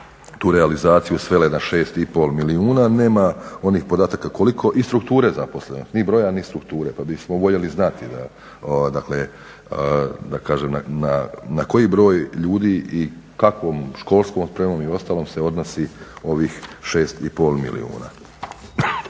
tu realizaciju svele na 6,5 milijuna. Nema onih podataka koliko i strukture zaposlenih, ni broja ni strukture pa bismo voljeli znati, dakle da kažem na koji broj ljudi i kakvom školskom spremom i ostalom se odnosi ovih 6,5 milijuna?